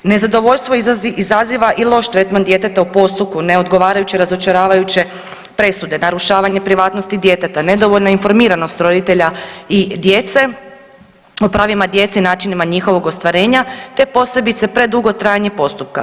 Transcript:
Nezadovoljstvo izaziva i loš tretman djeteta u postupku, neodgovarajuće, razočaravajuće presude, narušavanje privatnosti djeteta, nedovoljna informiranost roditelja i djece o pravima djece i načinima njihovog ostvarenja te posebice predugo trajanje postupka.